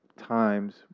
times